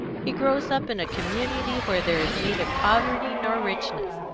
he grows up in a community where there is neither poverty nor richness,